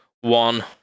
one